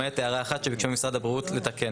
למעט הערה אחת שביקשו משרד הבריאות לתקן.